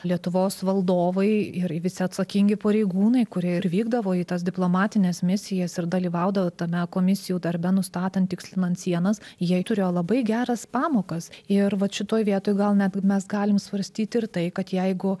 lietuvos valdovai ir visi atsakingi pareigūnai kurie ir vykdavo į tas diplomatines misijas ir dalyvaudavo tame komisijų darbe nustatant tikslinant sienas jie turėjo labai geras pamokas ir vat šitoj vietoj gal net mes galim svarstyti ir tai kad jeigu